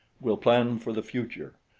we'll plan for the future.